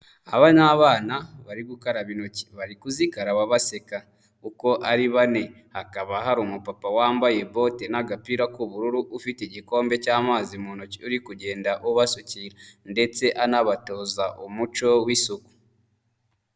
Aba ni abana bari gukaraba intoki, bari kuzikaraba baseka uko ari bane, hakaba hari umupapa wambaye bote n'agapira k'ubururu, ufite igikombe cy'amazi mu ntoki, uri kugenda ubasukira ndetse anabatoza umuco w'isuku.